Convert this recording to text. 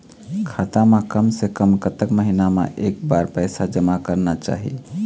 खाता मा कम से कम कतक महीना मा एक बार पैसा जमा करना चाही?